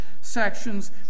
sections